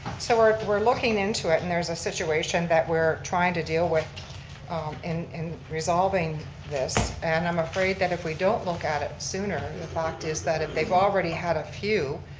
so we're we're looking into it and there's a situation that we're trying to deal with in in resolving this. and i'm afraid that if we don't look at it sooner, the fact is that if they've already had a few,